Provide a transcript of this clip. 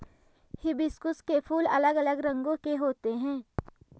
hibiscus के फूल अलग अलग रंगो के होते है